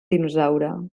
dinosaure